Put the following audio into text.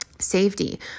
safety